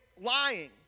lying